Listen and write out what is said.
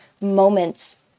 moments